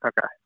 Okay